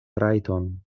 rajton